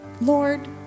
Lord